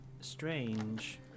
strange